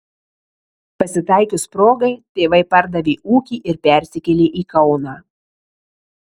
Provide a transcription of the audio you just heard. pasitaikius progai tėvai pardavė ūkį ir persikėlė į kauną